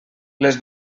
les